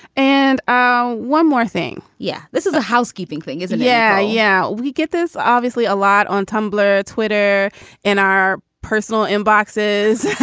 and um one more thing. yeah. this is a housekeeping thing. is it? yeah. yeah. we get this obviously a lot on tumblr, twitter and our personal inboxes.